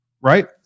Right